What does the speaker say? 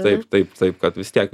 taip taip taip kad vis tiek